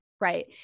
Right